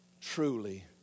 truly